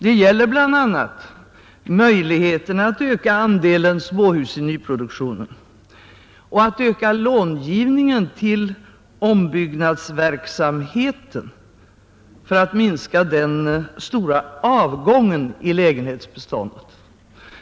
Det gäller bl.a. möjligheterna att öka andelen småhus i nyproduktionen och att öka långivningen till ombyggnadsverksamhet för att minska den stora avgången i lägenhetsbeståndet.